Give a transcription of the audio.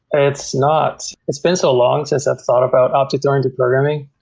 it's not. it's been so long since i've thought about object oriented programming,